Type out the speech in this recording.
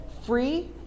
free